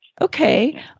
Okay